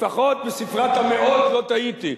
לפחות בספרת המאות לא טעיתי.